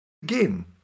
begin